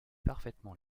parfaitement